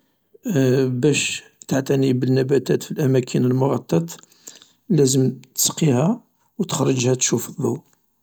باش تعتني بالنباتات في الأماكن المغطاة لازم تسقيها و تخرجها تشوف الضوء.